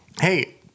hey